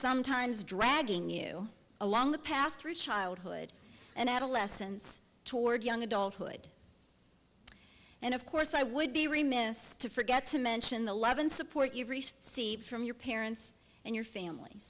sometimes dragging you along the path through childhood and adolescence toward young adulthood and of course i would be remiss to forget to mention the love and support your research see from your parents and your famil